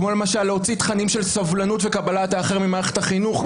כמו למשל להוציא תכנים של סובלנות וקבלת האחר ממערכת החינוך,